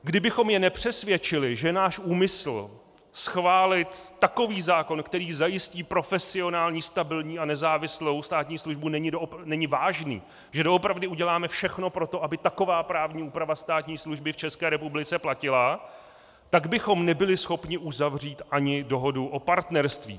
Kdybychom je nepřesvědčili, že náš úmysl schválit takový zákon, který zajistí profesionální, stabilní a nezávislou státní službu, není vážný, že doopravdy uděláme všechno pro to, aby taková právní úprava státní služby v ČR platila, tak bychom nebyli schopni uzavřít ani dohodu o partnerství.